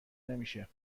نمیشه